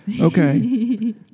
Okay